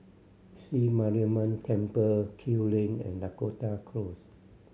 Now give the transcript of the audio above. Sri Mariamman Temple Kew Lane and Dakota Close